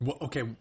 Okay